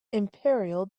imperial